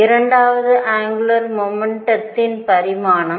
இரண்டாவது அங்குலார் மொமெண்டதின் பரிமாணம்